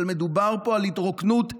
אבל מדובר פה על התרוקנות ערכית.